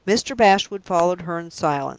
mr. bashwood followed her in silence.